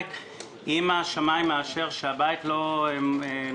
או היועץ המשפטי של המשרד לביטחון פנים מה הם הקריטריונים